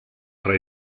tra